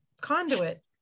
conduit